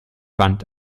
wand